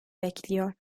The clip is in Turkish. bekliyor